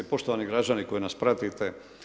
Poštovani građani koji nas pratite.